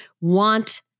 want